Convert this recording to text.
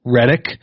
Redick